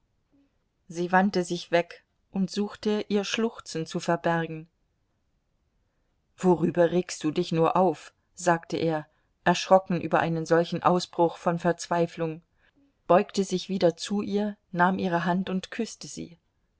sie wandte sich weg und suchte ihr schluchzen zu verbergen worüber regst du dich nur auf sagte er erschrocken über einen solchen ausbruch von verzweiflung beugte sieh wieder zu ihr nahm ihre hand und küßte sie